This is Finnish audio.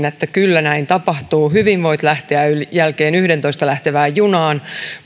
että kyllä näin tapahtuu hyvin voit lähteä yhdentoista jälkeen lähtevään junaan